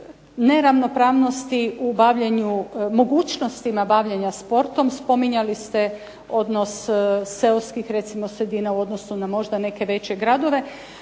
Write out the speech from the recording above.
o neravnopravnosti u bavljenju u mogućnostima bavljenja sportom spominjali ste odnos seoskih sredina u odnosu na veće gradove.